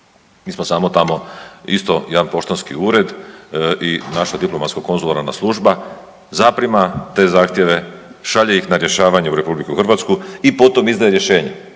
Mi smo samo tamo isto jedan poštanski ured i naša diplomatsko-konzularna služba zaprima te zahtjeve, šalje ih na rješavanje u RH i potom izdaje rješenje,